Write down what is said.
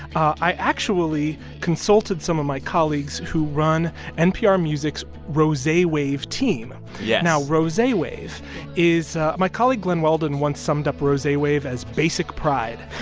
i actually consulted some of my colleagues who run npr music's rosewave team yes now, rosewave is my colleague glen weldon once summed up rosewave as basic pride